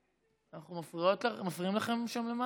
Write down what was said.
אנחנו מפריעים לכם שם למעלה?